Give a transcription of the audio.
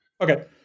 Okay